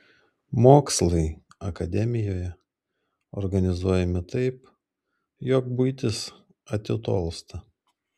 mokslai akademijoje organizuojami taip jog buitis atitolsta